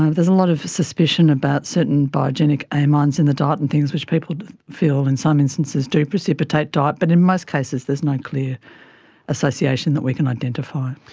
there's a lot of suspicion about certain biogenic amines in the diet and things which people feel in some instances do precipitate diet, but in most cases there's no clear association that we can identify.